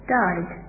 died